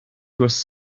was